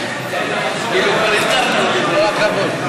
חוק כרטיסי חיוב (תיקון,